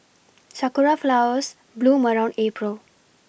sakura flowers bloom around April